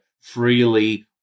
freely